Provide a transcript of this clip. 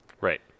Right